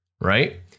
right